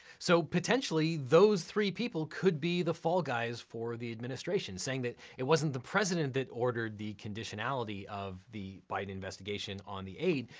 so potentially, those three people could be the fall guys for the administration, saying that it wasn't the president that ordered the conditionality of the biden investigation on the aid,